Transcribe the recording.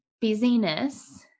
busyness